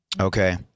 Okay